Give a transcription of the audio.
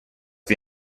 wir